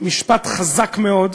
משפט חזק מאוד,